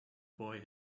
boy